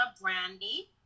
Brandy